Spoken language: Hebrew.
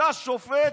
אתה שופט?